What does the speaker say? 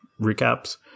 recaps